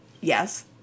yes